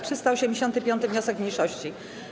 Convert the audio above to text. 385. wniosek mniejszości.